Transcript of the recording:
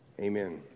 Amen